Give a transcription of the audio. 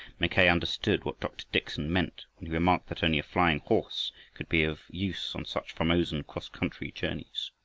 mackay understood what dr. dickson meant, when he remarked that only a flying horse could be of use on such formosan cross-country journeys.